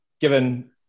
given